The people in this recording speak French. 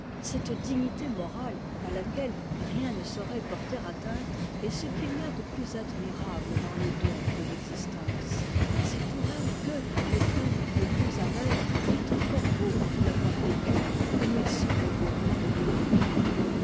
cette dignité morale à laquelle rien ne saurait porter atteinte est ce qu'il y a de plus admirable dans le don de l'existence c'est pour elle que dans les peines les plus amères il est encore beau d'avoir vécu comme il serait beau de mourir